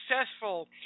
successful